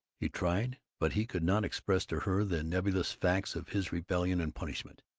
he tried, but he could not express to her the nebulous facts of his rebellion and punishment.